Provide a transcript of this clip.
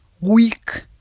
weak